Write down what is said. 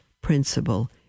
principle